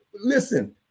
Listen